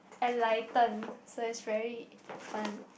enlightened so it's very fun